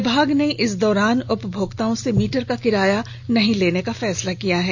विभाग ने इस दौरान उपभोक्ताओं से मीटर का किराया नहीं लेने का फैसला किया है